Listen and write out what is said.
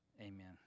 Amen